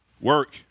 work